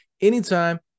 anytime